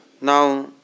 Now